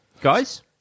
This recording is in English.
Guys